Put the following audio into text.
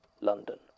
London